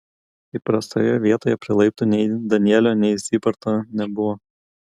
įprastoje vietoje prie laiptų nei danielio nei zybarto nebuvo